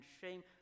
shame